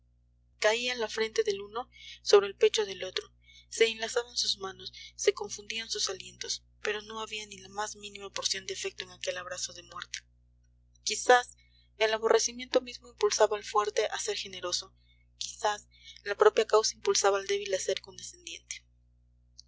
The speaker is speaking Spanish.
caía la frente del uno sobre el pecho del otro se enlazaban sus manos se confundían sus alientos pero no había ni la más mínima porción de afecto en aquel abrazo de muerte quizás el aborrecimiento mismo impulsaba al fuerte a ser generoso quizás la propia causa impulsaba al débil a ser condescendiente